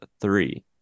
three